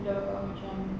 the macam